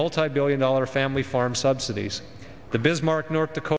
multibillion dollar family farm subsidies the bismarck north dakota